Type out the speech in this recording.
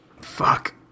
Fuck